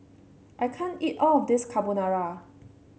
I can't eat all of this Carbonara